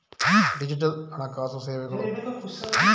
digital ಹಣಕಾಸು ಸೇವೆಗಳು